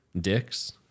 Dick's